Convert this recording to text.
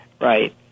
Right